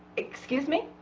excuse me